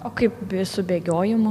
o kaip su bėgiojimu